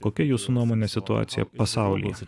kokia jūsų nuomone situacija pasaulyje